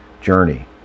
journey